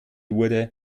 wurde